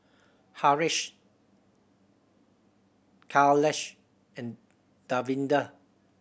Haresh Kailash and Davinder